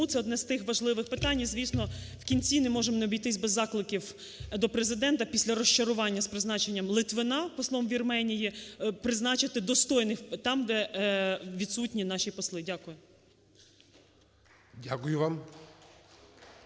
це одне з тих важливих питань. І звісно, в кінці не можемо не обійтись без закликів до Президента після розчарування з призначенням Литвина послом Вірменії, призначити достойних там, де відсутні наші посли. Дякую. ГОЛОВУЮЧИЙ.